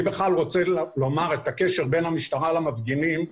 אני רוצה לומר לגבי הקשר בין המשטרה למפגינים.